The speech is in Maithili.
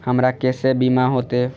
हमरा केसे बीमा होते?